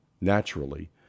Naturally